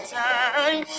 time